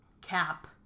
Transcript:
cap